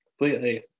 completely